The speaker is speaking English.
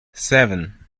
seven